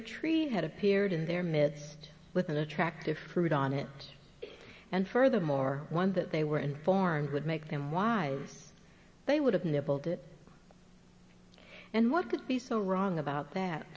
a tree had appeared in their midst with an attractive fruit on it and furthermore one that they were informed would make them wise they would have enabled it and what could be so wrong about that